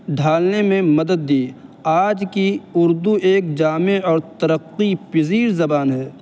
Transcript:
ڈھالنے میں مدد دی آج کی اردو ایک جامع اور ترقی پذیر زبان ہے